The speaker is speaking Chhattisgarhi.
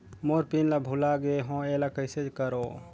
मोर पिन ला भुला गे हो एला कइसे करो?